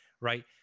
right